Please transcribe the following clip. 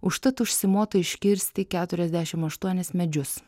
užtat užsimota iškirsti keturiasdešimt aštuonis medžius